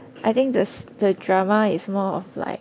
I think the the drama is more of like